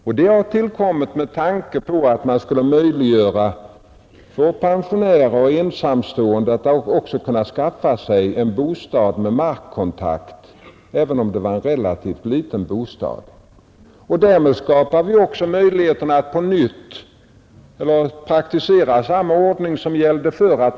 Detta har tillkommit med tanke på att möjliggöra bl.a. för pensionärer och ensamstående att också kunna skaffa sig en bostad med markkontakt även om det är en relativt liten bostad. Därmed skapar vi också möjligheterna att på nytt praktisera samma ordning som gällde förr.